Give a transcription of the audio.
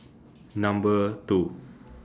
Number two